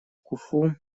куффу